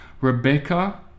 Rebecca